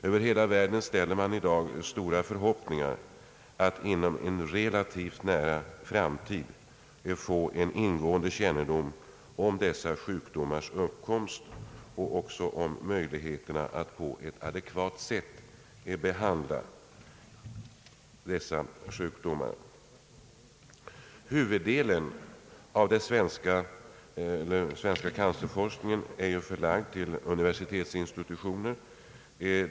Över hela världen ställer man i dag stora förhoppningar om att man inom en relativt nära framtid skall få ingående kunskap om dessa sjukdomars uppkomst och även om möjligheterna att på ett adekvat sätt behandla dem. Huvuddelen av den svenska cancerforskningen är ju förlagd till universitetsinstitutioner.